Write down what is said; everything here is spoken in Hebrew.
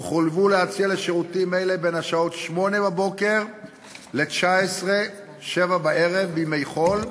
יחויבו להציע שירותים אלה בין השעות 08:00 ל-19:00 בימי חול,